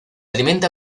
alimenta